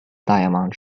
diamond